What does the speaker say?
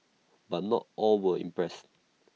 but not all were impressed